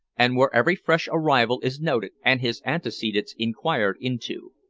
and where every fresh arrival is noted and his antecedents inquired into.